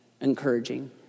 encouraging